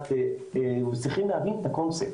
צריכים להבין את הקונספט,